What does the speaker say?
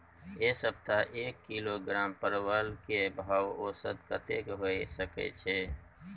ऐ सप्ताह एक किलोग्राम परवल के भाव औसत कतेक होय सके छै?